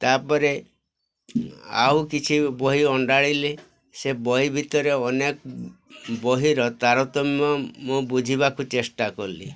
ତା'ପରେ ଆଉ କିଛି ବହି ଅଣ୍ଡାଳିଲି ସେ ବହି ଭିତରେ ଅନେକ ବହିର ତାରତମ୍ୟ ମୁଁ ବୁଝିବାକୁ ଚେଷ୍ଟା କଲି